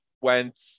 went